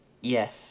Yes